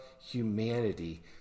humanity